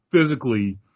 physically